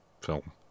film